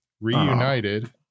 Reunited